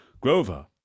Grover